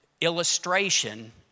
illustration